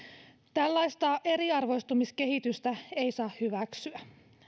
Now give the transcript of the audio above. tällaista eriarvoistumiskehitystä ei saa hyväksyä